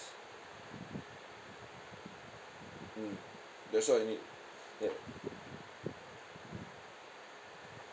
mm that's why you need ya